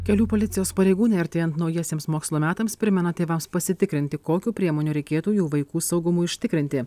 kelių policijos pareigūnai artėjant naujiesiems mokslo metams primena tėvams pasitikrinti kokių priemonių reikėtų jų vaikų saugumui užtikrinti